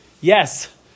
yes